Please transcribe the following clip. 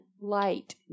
light